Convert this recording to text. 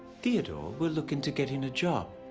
theodore will look into getting a job.